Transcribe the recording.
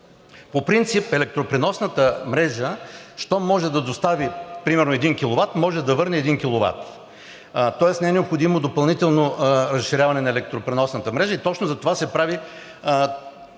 По принцип електропреносната мрежа, щом може да достави примерно един киловат, може да върне един киловат. Тоест не е необходимо допълнително разширяване на електропреносната мрежа и точно затова се прави тази